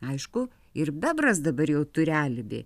aišku ir bebras dabar jau turi alibi